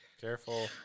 Careful